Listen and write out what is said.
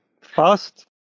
fast